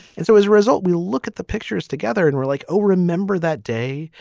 and so as a result, we look at the pictures together and we're like, oh, remember that day?